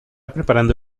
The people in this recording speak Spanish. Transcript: preparando